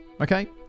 okay